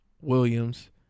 Williams